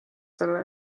selle